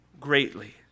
greatly